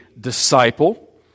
disciple